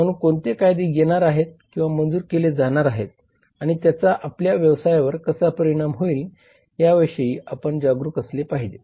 म्हणून कोणते कायदे येणार आहेत किंवा मंजूर केले जाणार आहेत आणि त्याचा आपल्या व्यवसायावर कसा परिणाम होईल याविषयी आपण जागरूक असले पाहिजे